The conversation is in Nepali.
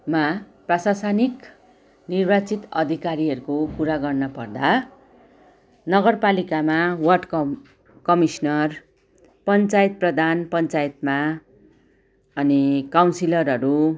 मा प्रासाशानिक निर्वाचित अधिकारीहरूको कुरा गर्न पर्दा नगरपालिकामा वार्ड कम कमिशनर पञ्चयात प्रधान पञ्चयातमा अनि काउन्सिलरहरू